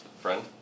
Friend